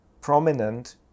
prominent